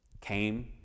came